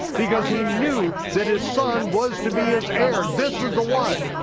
because he knew that his son was to be his heir, this is the one,